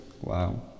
Wow